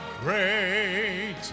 great